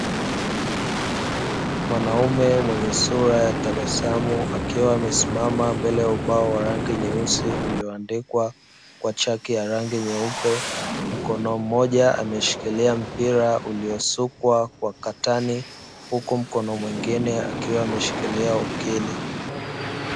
Mwanaume mwenye sura ya tabasamu akiwa amesimama mbele ya ubao wa rangi nyeusi ulioandikwa kwa chaki ya rangi nyeupe, mkono mmoja ameshikilia mpira uliosukwa kwa katani, huku mkono mwingine akiwa ameshikilia ukili.